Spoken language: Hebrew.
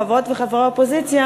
חברות וחברי האופוזיציה,